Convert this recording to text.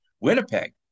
Winnipeg